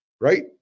Right